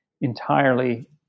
entirely